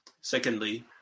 Secondly